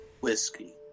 Whiskey